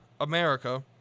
America